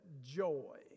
joy